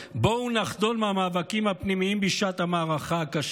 בואו נחדל מהמאבקים הפנימיים בשעת המערכה הקשה,